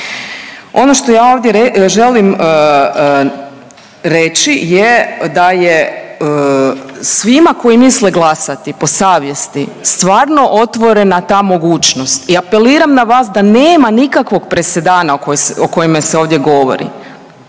ono što ja ovdje želim reći je da je svima koji misle glasati po savjesti stvarno otvorena ta mogućnost i apeliram na vas da nema nikakvog presedana o kojemu se ovdje govori,